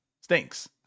stinks